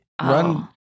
Run